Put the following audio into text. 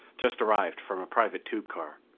just arrived from a private tube car.